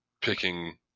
picking